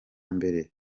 mbere